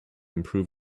improve